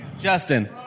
Justin